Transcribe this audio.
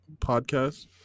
podcast